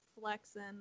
flexing